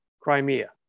Crimea